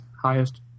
highest